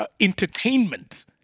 entertainment